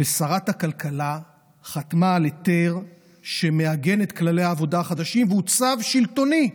שרת הכלכלה חתמה על היתר שמעגן את כללי העבודה החדשים והוא צו שלטוני.